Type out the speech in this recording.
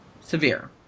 severe